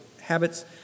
habits